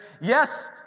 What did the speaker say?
yes